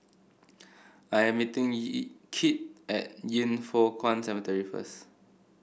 I am meeting Kit at Yin Foh Kuan Cemetery first